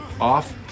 off